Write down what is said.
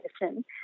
medicine